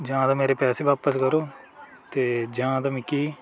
जां ते मेरे पैसे बापस करो ते जां ते मिगी